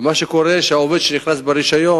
ומה שקורה זה שהעובד שנכנס ברשיון,